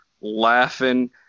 laughing